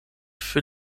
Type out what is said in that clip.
für